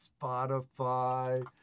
spotify